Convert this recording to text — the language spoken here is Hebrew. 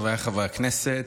חבריי חברי הכנסת,